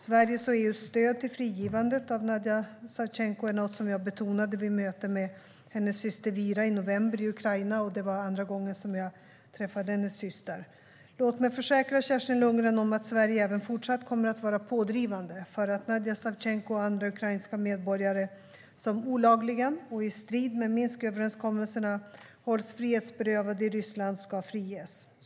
Sveriges och EU:s stöd till frigivandet av Nadija Savtjenko är något som jag betonade vid ett möte med hennes syster Vira i november i Ukraina. Det var andra gången som jag träffade hennes syster. Låt mig försäkra Kerstin Lundgren om att Sverige även fortsatt kommer att vara pådrivande för att Nadija Savtjenko och andra ukrainska medborgare som olagligen och i strid med Minsköverenskommelserna hålls frihetsberövade i Ryssland ska friges.